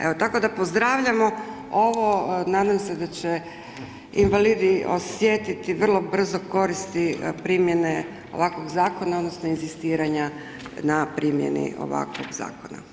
Evo, tako da pozdravljamo ovo, nadam se da će invalidi osjetiti vrlo brzo koristi primjene ovakvog zakona odnosno inzistiranja na primjeni ovakvog zakona.